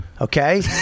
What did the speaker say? okay